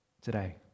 today